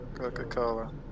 Coca-Cola